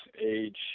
age